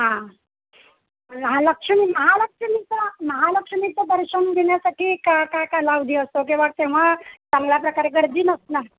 हां महालक्ष्मी महालक्ष्मीचं महालक्ष्मीचं दर्शन घेण्यासाठी का काय कालावधी असतो किंवा केव्हा चांगल्या प्रकारे गर्दी नसणार